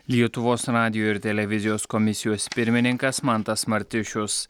lietuvos radijo ir televizijos komisijos pirmininkas mantas martišius